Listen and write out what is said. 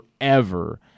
forever